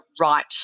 right